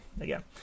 again